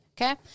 okay